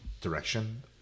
direction